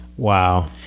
Wow